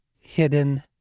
hidden